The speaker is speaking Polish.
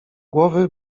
głowy